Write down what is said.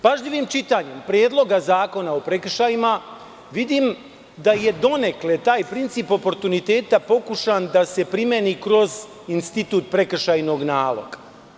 Pažljivim čitanjem Predloga zakona o prekršajima, vidim da je donekle taj princip oportuniteta pokušan da se primeni kroz institut prekršajnog naloga.